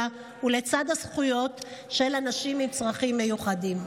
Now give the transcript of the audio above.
ולצד זכויות של אנשים עם צרכים מיוחדים.